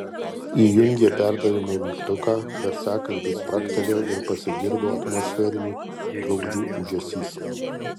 įjungė perdavimo mygtuką garsiakalbiai spragtelėjo ir pasigirdo atmosferinių trukdžių ūžesys